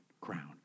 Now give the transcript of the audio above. crown